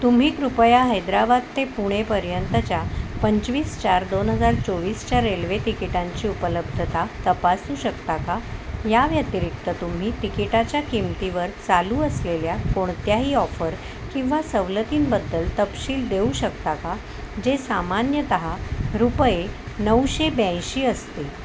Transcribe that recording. तुम्ही कृपया हैदराबाद ते पुणेपर्यंतच्या पंचवीस चार दोन हजार चोवीसच्या रेल्वे तिकिटांची उपलब्धता तपासू शकता का या व्यतिरिक्त तुम्ही तिकिटाच्या किमतीवर चालू असलेल्या कोणत्याही ऑफर किंवा सवलतींबद्दल तपशील देऊ शकता का जे सामान्यतः रुपये नऊशे ब्याऐंशी असते